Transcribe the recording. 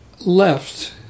left